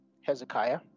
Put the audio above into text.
Hezekiah